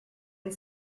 and